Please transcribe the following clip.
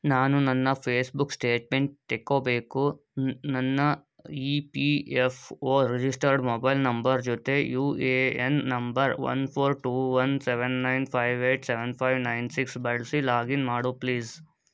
ನಾನು ನನ್ನ Facebook statement ತೆಗೆಬೇಕು ನನ್ನ E P F O registered mobile number ಜೊತೆ U A N number one four two one seven nine five eight seven five nine six ಬಳಸಿ log in ಮಾಡು please